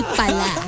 pala